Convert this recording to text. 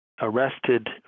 arrested